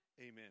Amen